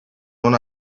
non